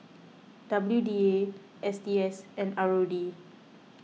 W D A S T S and R O D